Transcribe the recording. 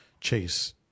chase